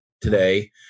today